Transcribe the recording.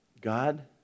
God